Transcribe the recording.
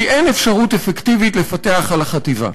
כי אין אפשרות אפקטיבית לפקח על החטיבה.